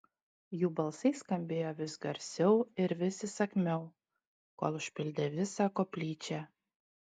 jų balsai skambėjo vis garsiau ir vis įsakmiau kol užpildė visą koplyčią